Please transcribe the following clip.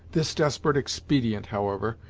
this desperate expedient, however,